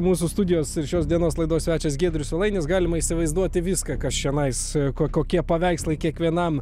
mūsų studijos ir šios dienos laidos svečias giedrius svilainis galima įsivaizduoti viską kas čionai su kuo kokie paveikslai kiekvienam